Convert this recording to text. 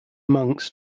monks